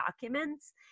documents